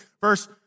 Verse